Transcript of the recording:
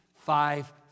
five